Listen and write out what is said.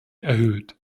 erhöht